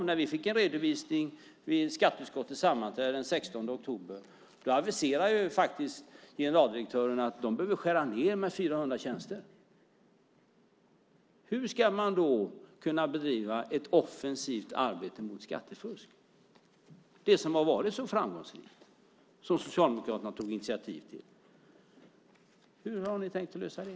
När vi vid skatteutskottets sammanträde den 16 oktober fick en redovisning aviserade generaldirektören att de behöver skära ned med 400 tjänster. Hur ska de då kunna bedriva ett offensivt arbete mot skattefusk, det som varit så framgångsrikt och som Socialdemokraterna tog initiativ till? Hur har ni tänkt lösa det?